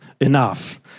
enough